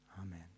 Amen